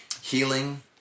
healing